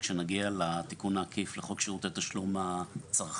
כשנגיע לתיקון העקיף; לחוק שירותי התשלום הצרכני,